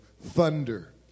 thunder